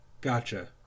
Gotcha